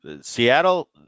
Seattle